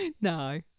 No